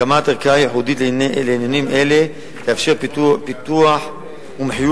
הקמת ערכאה ייחודית לעניינים אלה תאפשר פיתוח מומחיות